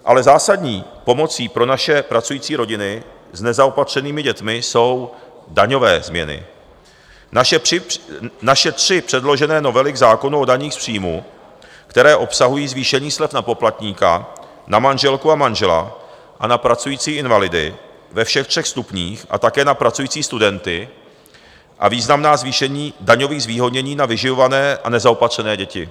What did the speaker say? Ale zásadní pomocí pro naše pracující rodiny s nezaopatřenými dětmi jsou daňové změny, naše tři předložené novely k zákonu o daních z příjmů, které obsahují zvýšení slev na poplatníka, na manželku a manžela a na pracující invalidy ve všech třech stupních a také na pracující studenty a významná zvýšení daňových zvýhodnění na vyživované a nezaopatřené děti.